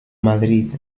madrid